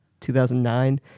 2009